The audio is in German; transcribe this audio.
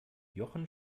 jochen